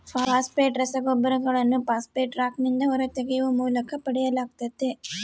phosphate ರಸಗೊಬ್ಬರಗಳನ್ನು phosphate ರಾಕ್ನಿಂದ ಹೊರತೆಗೆಯುವ ಮೂಲಕ ಪಡೆಯಲಾಗ್ತತೆ